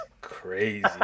crazy